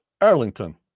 Arlington